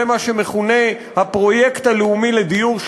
זה מה שמכונה "הפרויקט הלאומי לדיור",